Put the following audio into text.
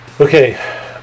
Okay